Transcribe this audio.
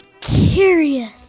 Curious